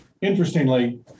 Interestingly